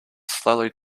slowly